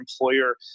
employer